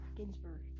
Ginsburg